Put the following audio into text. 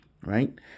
right